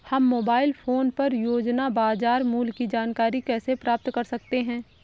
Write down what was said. हम mobile phone पर रोजाना बाजार मूल्य की जानकारी कैसे प्राप्त कर सकते हैं?